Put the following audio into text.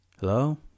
Hello